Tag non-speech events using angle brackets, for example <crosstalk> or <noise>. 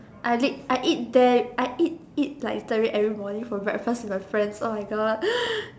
I eat I eat there I eat eat like literally every morning for breakfast with my friends oh my god <noise>